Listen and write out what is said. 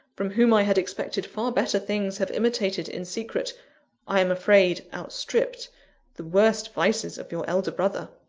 from whom i had expected far better things, have imitated in secret i am afraid, outstripped the worst vices of your elder brother.